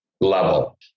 level